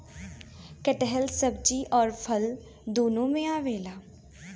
कटहल सब्जी अउरी फल दूनो में आवेला